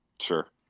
Sure